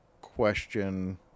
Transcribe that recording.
question